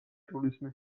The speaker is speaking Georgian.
ტურიზმი